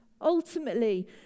Ultimately